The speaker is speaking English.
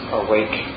awake